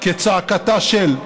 כצעקתה של.